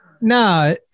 No